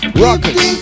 rockets